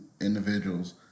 individuals